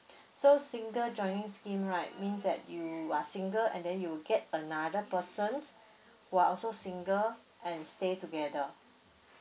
so single joining scheme right means that you are single and then you'll get another person who are also single and stay together